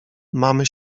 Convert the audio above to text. mamy